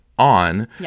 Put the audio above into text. On